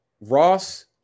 ross